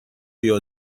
feel